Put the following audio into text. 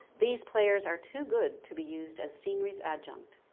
these players are too good to be used as scenery's adjunct.